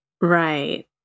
right